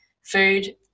food